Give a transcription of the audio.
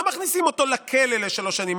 לא מכניסים אותו לכלא לשלוש שנים,